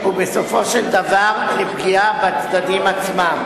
ובסופו של דבר לפגיעה בצדדים עצמם.